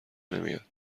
نمیاد